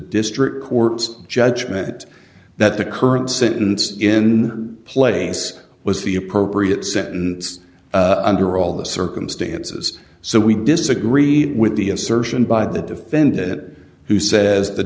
district court's judgment that the current sentence in place was the appropriate sentence under all the circumstances so we disagree with the assertion by the defendant who says the